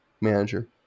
manager